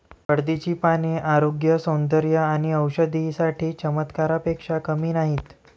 हळदीची पाने आरोग्य, सौंदर्य आणि औषधी साठी चमत्कारापेक्षा कमी नाहीत